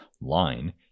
line